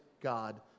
God